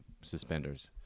suspenders